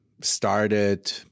started